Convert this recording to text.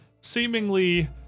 seemingly